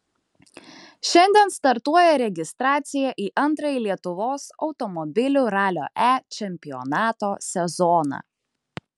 šiandien startuoja registracija į antrąjį lietuvos automobilių ralio e čempionato sezoną